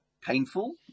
painful